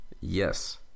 Yes